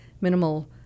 minimal